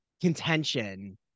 contention